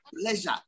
pleasure